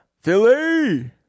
Philly